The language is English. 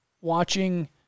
watching